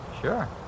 Sure